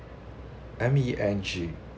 M E N G